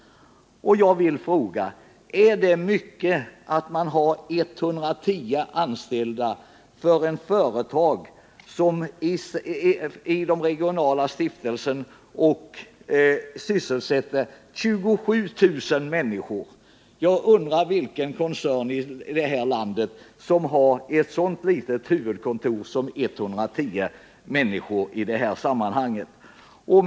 Jag vill fråga: Är en personalstyrka på 110 personer att anse som för stor mot bakgrund av att det här gäller ett företag som genom de regionala stiftelserna sysselsätter 27 000 människor? Jag undrar vilken koncern av den storleken i det här landet som har ett så litet huvudkontor att det sysselsätter endast 110 personer.